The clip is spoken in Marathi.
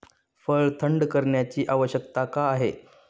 फळ थंड करण्याची आवश्यकता का आहे?